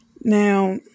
now